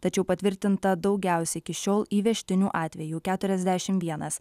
tačiau patvirtinta daugiausia iki šiol įvežtinių atvejų keturiasdešimt vienas